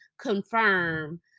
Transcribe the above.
confirm